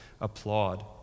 applaud